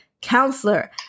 Counselor